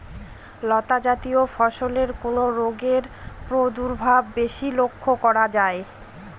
লতাজাতীয় ফসলে কোন রোগের প্রাদুর্ভাব বেশি লক্ষ্য করা যায়?